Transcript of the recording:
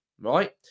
right